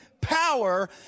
power